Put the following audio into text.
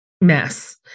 mess